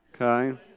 okay